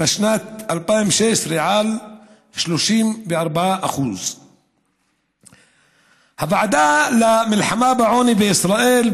בשנת 2016 על 34%. הוועדה למלחמה בעוני בישראל,